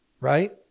right